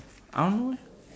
I don't know leh